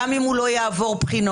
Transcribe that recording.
גם אם הוא לא יעבור בחינות,